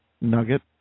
nugget